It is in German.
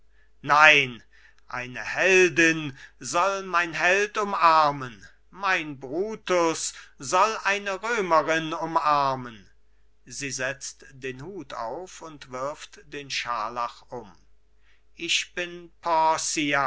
nein eine heldin soll mein held umarmen mein brutus soll eine römerin umarmen sie setzt den hut auf und wirft den scharlach um ich bin